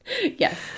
Yes